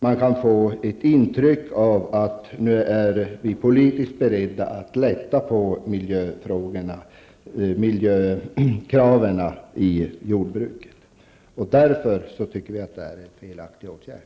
Man kan få ett intryck av att vi politiskt är beredda att lätta på miljökraven i jordbruket. Vi tycker alltså att detta är en felaktig åtgärd.